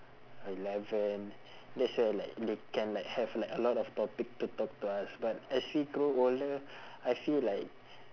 eleven that's where like they can like have a lot of topic to talk to us but as we grow older I feel like